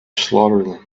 slaughter